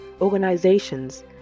organizations